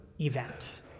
event